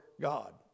God